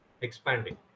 expanding